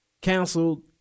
canceled